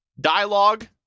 Dialogue